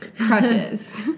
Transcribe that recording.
crushes